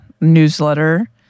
newsletter